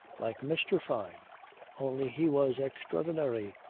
like mr. fyne only he was extraordinary,